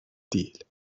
değil